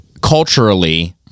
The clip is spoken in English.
culturally